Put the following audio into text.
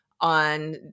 on